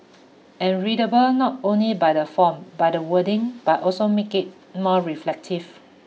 and readable not only by the font by the wordings but also make it more reflective